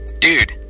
Dude